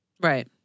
Right